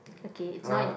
okay it's not